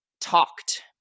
talked